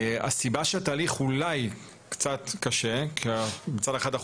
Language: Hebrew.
הסיבה שהתהליך אולי קצת קשה היא כי מצד אחד אנחנו